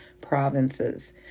provinces